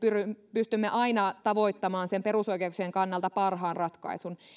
pystymme aina tavoittamaan sen perusoikeuksien kannalta parhaan ratkaisun